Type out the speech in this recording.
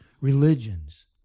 religions